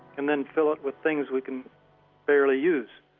and then fill it with things we can barely use.